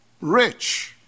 rich